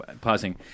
pausing